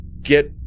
get